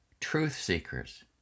truth-seekers